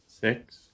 Six